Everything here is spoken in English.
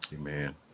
Amen